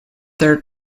their